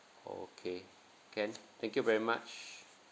oh okay can thank you very much